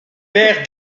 vert